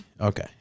okay